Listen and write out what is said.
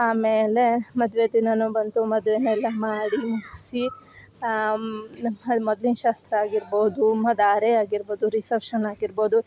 ಆಮೇಲೆ ಮದುವೆ ದಿನ ಬಂತು ಮದುವೆನೆಲ್ಲಾ ಮಾಡಿ ಮುಗಿಸಿ ಮೊದ್ಲಿನ ಶಾಸ್ತ್ರ ಆಗಿರ್ಬೋದು ಮ ಧಾರೆ ಆಗಿರ್ಬೋದು ರಿಸಪ್ಶನ್ ಆಗಿರ್ಬೋದು